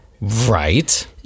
Right